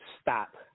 stop